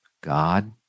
God